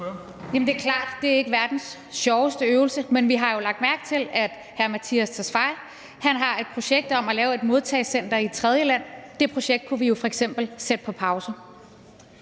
Det er klart, at det ikke er verdens sjoveste øvelse. Men vi har jo lagt mærke til, at udlændinge- og integrationsministeren har et projekt om at lave et modtagecenter i et tredjeland. Det projekt kunne vi jo f.eks. sætte på pause.